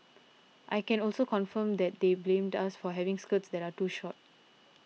I can also confirm that they blamed us for having skirts that are too short